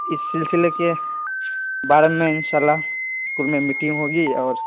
اس سلسلے کے بارے میں ان شاء اللہ اسکول میں میٹنگ ہوگی اور